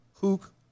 Hook